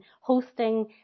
hosting